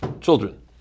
children